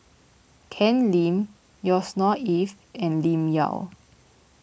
Ken Lim Yusnor Ef and Lim Yau